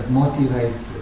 motivate